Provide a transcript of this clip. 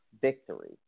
victory